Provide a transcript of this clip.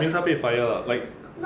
mean 他被 fire lah like